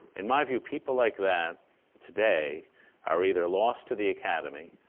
in my view, people like that today are either lost to the academy,